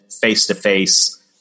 face-to-face